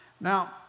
Now